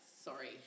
Sorry